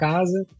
Casa